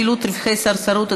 חילוט רווחי סרסרות),